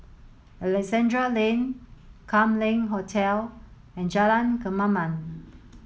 Alexandra Lane Kam Leng Hotel and Jalan Kemaman